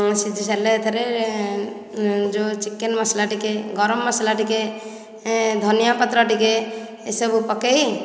ସିଝି ସାରିଲେ ସେଥରେ ଯେଉଁ ଚିକେନ୍ ମସଲା ଟିକେ ଗରମ ମସଲା ଟିକେ ଧନିଆ ପତ୍ର ଟିକେ ଏସବୁ ପକେଇ